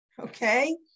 Okay